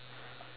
okay